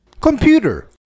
Computer